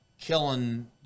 killing